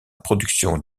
production